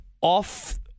off-